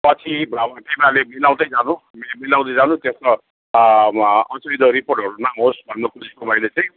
पछि भयो भने तिमीहरूले मिलाउँदै जानु मिलाउँदै जानु त्यसमा अचाहिँदो रिपोर्टहरू नहोस् भन्नु खोजेको मैले चाहिँ